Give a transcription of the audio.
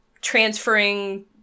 transferring